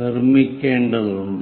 നിർമ്മിക്കേണ്ടതുണ്ട്